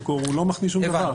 הוא לא מכניס שום דבר.